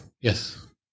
Yes